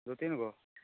दू तीन गो